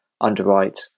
underwrite